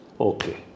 Okay